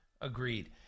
Agreed